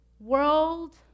World